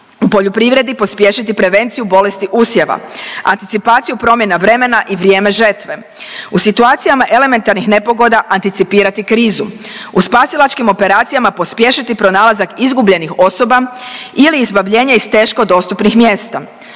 u poljoprivredi pospješiti prevenciju bolesti usjeva, anticipaciju promjena vremena i vrijeme žetve, u situacijama elementarnih nepogoda anticipirati krizu, u spasilačkim operacijama pospješiti pronalazak izgubljenih osoba ili izbavljenje iz teško dostupnih mjesta,